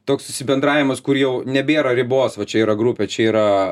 toks susibendravimas kur jau nebėra ribos va čia yra grupė čia yra